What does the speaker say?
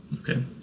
Okay